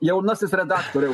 jaunasis redaktoriau